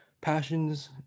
passions